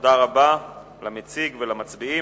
תודה רבה למציג ולמצביעים.